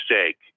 mistake